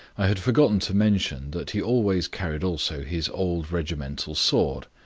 i had forgotten to mention that he always carried also his old regimental sword.